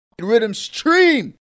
Rhythmstream